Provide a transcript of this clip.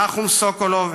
נחום סוקולוב,